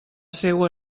seua